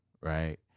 right